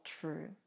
true